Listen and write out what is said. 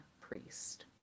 priest